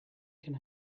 can